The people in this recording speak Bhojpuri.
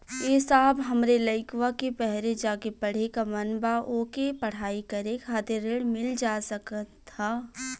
ए साहब हमरे लईकवा के बहरे जाके पढ़े क मन बा ओके पढ़ाई करे खातिर ऋण मिल जा सकत ह?